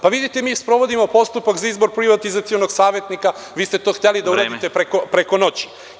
Pa, vidite, mi sprovodimo postupak za izbor privatizacionog savetnika, vi ste to hteli da uradite preko noći.